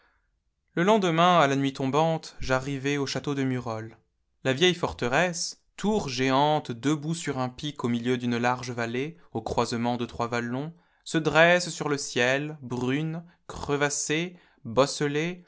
le lendemain à la nuit tombante j'arrivai au château de murol la vieille forteresse tour géante debout sur un pic au milieu d'une large vallée au croisement de trois vallons se dresse sur le ciel brune crevassée bosselée